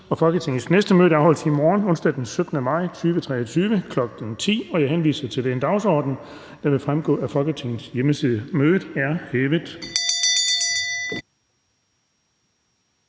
Folketingets næste møde afholdes i morgen, onsdag den 17. maj 2023, kl. 10.00. Jeg henviser til den dagsorden, der vil fremgå af Folketingets hjemmeside. Mødet er hævet.